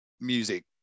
music